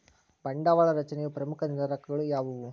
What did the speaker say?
ಬಂಡವಾಳ ರಚನೆಯ ಪ್ರಮುಖ ನಿರ್ಧಾರಕಗಳು ಯಾವುವು